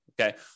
Okay